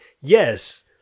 yes